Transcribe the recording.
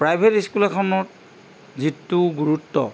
private school এখনত যিটো গুৰুত্ব